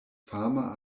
fama